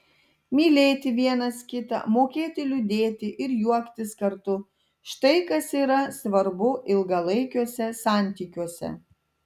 mylėti vienas kitą mokėti liūdėti ir juoktis kartu štai kas yra svarbu ilgalaikiuose santykiuose